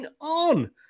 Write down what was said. on